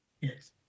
Yes